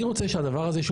אני רוצה שהדבר הזה,